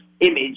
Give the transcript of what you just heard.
image